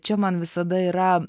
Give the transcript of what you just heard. čia man visada yra